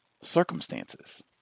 circumstances